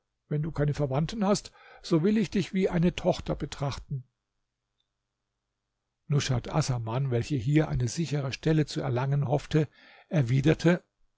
wenn du keine verwandten hast so will ich dich wie eine tochter betrachten nushat assaman welche hier eine sichere stelle zu erlangen hoffte erwiderte